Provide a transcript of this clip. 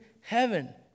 heaven